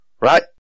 right